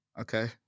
Okay